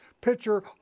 pitcher